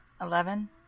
Eleven